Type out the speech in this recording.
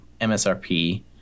MSRP